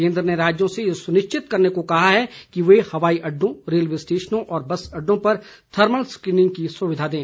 केन्द्र ने राज्यों से ये सुनिश्चित करने को कहा है कि वे हवाई अड्डों रेलवे स्टेशनों तथा बस अड्डों पर थर्मल स्क्रीनिंग की सुविधा दें